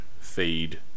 feed